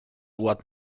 what